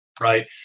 Right